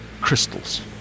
crystals